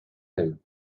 him